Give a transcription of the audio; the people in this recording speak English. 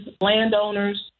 landowners